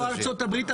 אנחנו לא ארצות הברית,